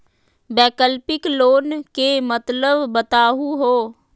वैकल्पिक लोन के मतलब बताहु हो?